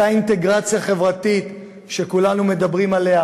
אותה אינטגרציה חברתית שכולנו מדברים עליה,